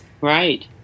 Right